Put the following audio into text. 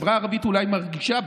החברה הערבית אולי מרגישה,